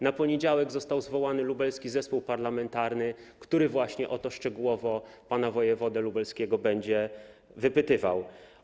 Na poniedziałek został zwołany Lubelski Zespół Parlamentarny, który właśnie o to szczegółowo pana wojewodę lubelskiego będzie wypytywał.